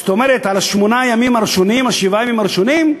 זאת אומרת, על שמונת הימים, שבעת הימים הראשונים,